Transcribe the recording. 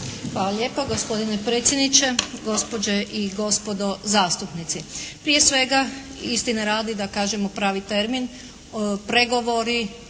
Hvala lijepo, gospodine predsjedniče, gospođe i gospodo zastupnici. Prije svega, istine radi da kažemo pravi termin, pregovori